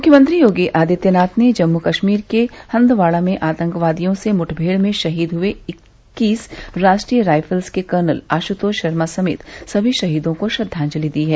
मुख्यमंत्री योगी आदित्यनाथ ने जम्मू कश्मीर के हंदवाड़ा में आतंकवादियों से मुठमेड़ में शहीद हुए इक्कीस राष्ट्रीय राइफल्स के कर्नल आशुतोष शर्मा समेत सभी शहीदों को श्रद्वांजलि दी है